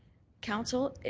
council,